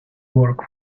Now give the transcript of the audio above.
work